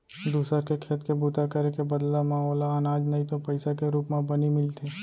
दूसर के खेत के बूता करे के बदला म ओला अनाज नइ तो पइसा के रूप म बनी मिलथे